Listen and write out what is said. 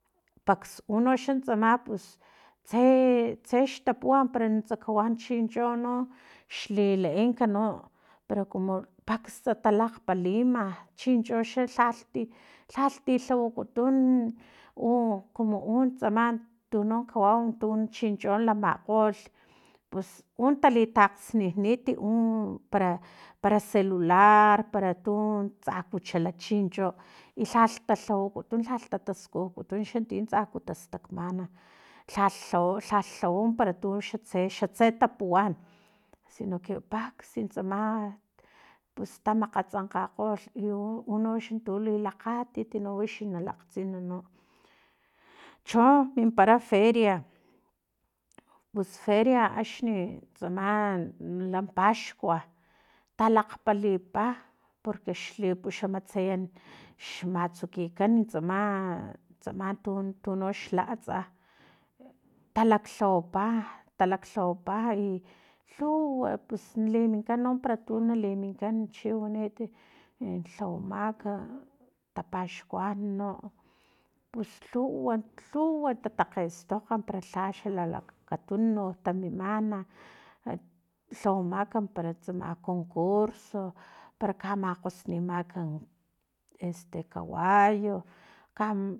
Paks unoxa tsama pus tse tsex tapuwa para nuntsa kawau chi chinchi no xlileenka no pero kumu paks talakgapalima chinchoxa lhalhti lhalhti lhawakutun u kumu untsama tuno kawau tun chincho lamakgolh pus u li takgxninit u para para celular para tu tsaku xala chincho i lhalh talhawakutun lhalh tataskujkutun titsa aku tastakmana lhalh lhawa lhalh lhawa para tuxatse xatse tapuwan sino que paksi tsama tsama pus tamakgatsankgakgolh lu unox tu lilakgatit no wix na lakgtsinino cho mimpara feria pus feria axnits tsama la paxkua talakgpalipa porque xlipuxamatsayan xmatsukikan tsa tsama tun tunoxla atsa e talaklhawapa talaklhawapa ilhuwa pus liminkan no para tu na liminkan chiwanit e lhawamak tapaxkuan no pus lhuwa lhuwa tatakgestokga para lha lha xalalakatunuk tununk tamimana lhawamak para tsama a concurso para kamakgosnimak ka este kawayu kam